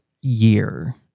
year